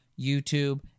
youtube